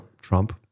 Trump